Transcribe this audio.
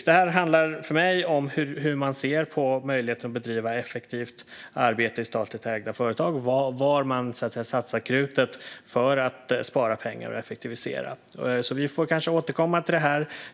Detta handlar för mig om hur man ser på möjligheten att bedriva ett effektivt arbete i statligt ägda företag och var man så att säga satsar krutet för att spara pengar och effektivisera. Vi får kanske återkomma till detta.